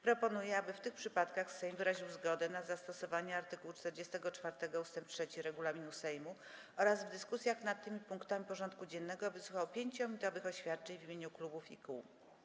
Proponuję, aby w tych przypadkach Sejm wyraził zgodę na zastosowanie art. 44 ust. 3 regulaminu Sejmu oraz w dyskusjach nad tymi punktami porządku dziennego wysłuchał 5-minutowych oświadczeń w imieniu klubów i kół.